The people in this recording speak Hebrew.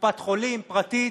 קופת חולים, פרטית,